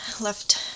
left